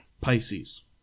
Pisces